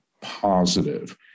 positive